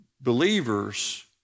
believers